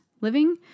living